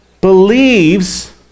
believes